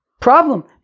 problem